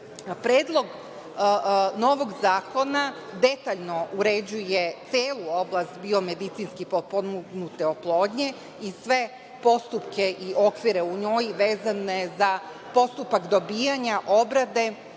novog zakona detaljno uređuje celu oblast biomedicinski potpomognute oplodnje i sve postupke i okvire u njoj vezane za postupak dobijanja, obrade,